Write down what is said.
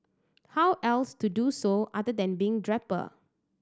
how else to do so other than being draper